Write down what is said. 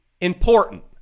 important